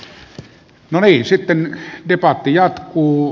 sitten debatti jatkuu